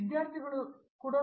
ಪ್ರತಾಪ್ ಹರಿಡೋಸ್ ಸರಿ